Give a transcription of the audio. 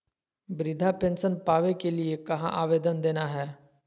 वृद्धा पेंसन पावे के लिए कहा आवेदन देना है?